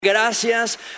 Gracias